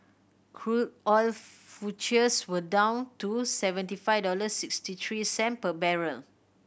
crude oil were down to seventy five dollars sixty three cent per barrel